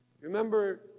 Remember